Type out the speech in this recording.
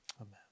Amen